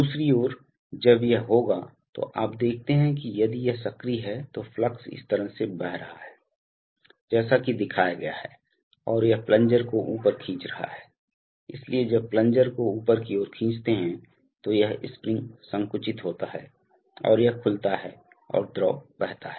दूसरी ओर जब यह होगा तो आप देखते हैं कि यदि यह सक्रिय है तो फ्लक्स इस तरह से बह रहा है जैसा कि दिखाया गया है और यह प्लंजर को ऊपर खींच रहा है इसलिए जब प्लंजर को ऊपर की ओर खींचते हैं तो यह स्प्रिंग संकुचित होता है और यह खुलता है और द्रव बहता है